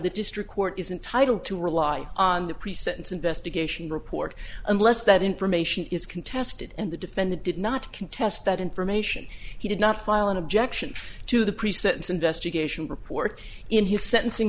the district court is entitled to rely on the pre sentence investigation report unless that information is contested and the defendant did not contest that information he did not file an objection to the pre sentence investigation report in his sentencing